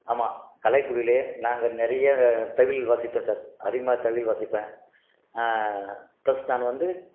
ஆமாம் கலைத்துறையிலையே நாங்கள் நிறைய தவில் வாசிப்போம் சார் அதிகமாக தவில் வாசிப்பேன் ப்ளஸ் நான் வந்து